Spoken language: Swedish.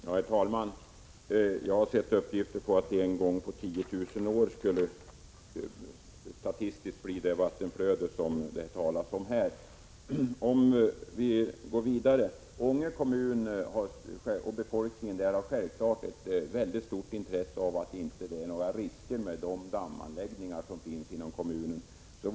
Herr talman! Jag har sett uppgifter om att det statistiskt sett en gång på 10 000 år skulle bli ett sådant vattenflöde som det talas om här. Ånge kommun och dess befolkning har självfallet ett stort intresse av att inga risker föreligger med de dammanläggningar som finns inom kommunen.